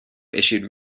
issued